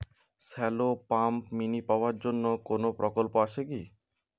Shallow pump মিনি পাওয়ার জন্য কোনো প্রকল্প আছে কি?